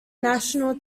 national